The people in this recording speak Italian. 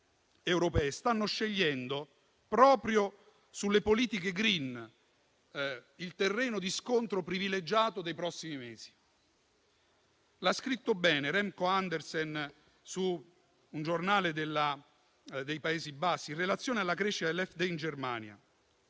europee, stanno scegliendo proprio sulle politiche *green* il terreno di scontro privilegiato dei prossimi mesi. L'ha scritto bene di recente Remko Andersen in relazione alla crescita dell'AFD in Germania.